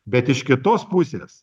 bet iš kitos pusės